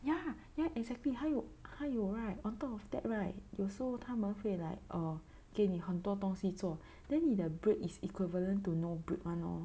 ya ya exactly 还有还有 right on top of that right 有时候他们会 like err 给你很多东西做 then 你的 break is equivalent to no break [one] lor